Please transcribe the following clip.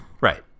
Right